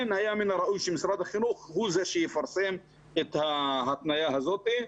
היה מן הראוי שמשרד החינוך יפרסם את ההתניה הזאת.